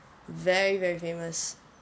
very very famous